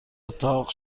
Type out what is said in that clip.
اتاق